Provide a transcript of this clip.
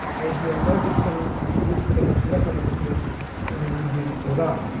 ideological and political preferences within iran.